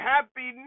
Happy